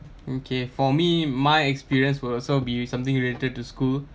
okay for me my experience will also be something related to school